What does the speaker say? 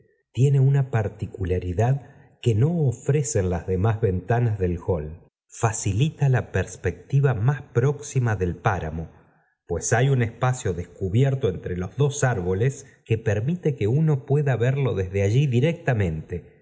tiene una particularidad que no ofrecen las demás ventanas del hall facilita la perspectiva más próxima del páramo pues hay un espacio dencubierto entre do árboles que permite que uno pueda verlo desde allí directamente